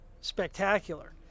spectacular